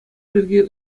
пирки